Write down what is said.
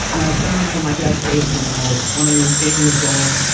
and i was sending it from my dad's basement when i was twenty eight years old,